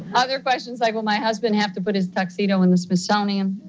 other questions like, will my husband have to put his tuxedo in the smithsonian?